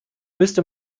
müsste